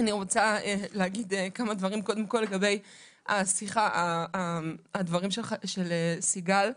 אני רוצה להגיד כמה דברים לגבי דבריה של סיגל,